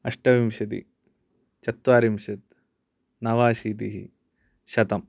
अष्टविंशतिः चत्वारिंशत् नवाशीतिः शतम्